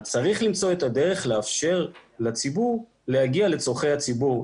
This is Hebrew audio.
צריך למצוא אתה הדרך לאפשר לציבור להגיע לצורכי הציבור,